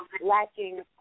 lacking